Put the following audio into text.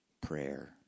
prayer